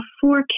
four